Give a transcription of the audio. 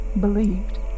believed